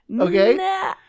Okay